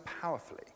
powerfully